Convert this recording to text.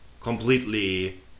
completely